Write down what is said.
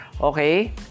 okay